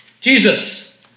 Jesus